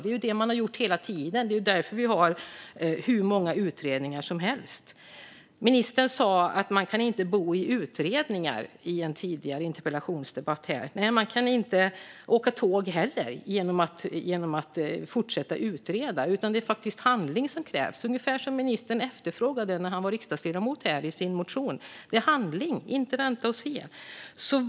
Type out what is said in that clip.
Det är ju det man har gjort hela tiden. Det är därför vi har hur många utredningar som helst. Ministern sa i en tidigare interpellationsdebatt att man inte kan bo i utredningar. Nej, och man kan inte heller åka tåg genom att fortsätta att utreda. Det är faktiskt handling som krävs, ungefär som ministern efterfrågade i sin motion när han var riksdagsledamot. Det är handling som krävs, inte att vänta och se.